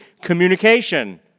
communication